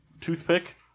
Toothpick